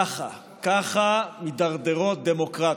ככה, ככה מידרדרות דמוקרטיות.